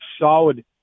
Solid